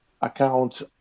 account